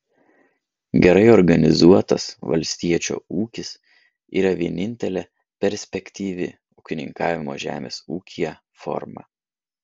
gerai organizuotas valstiečio ūkis yra vienintelė perspektyvi ūkininkavimo žemės ūkyje forma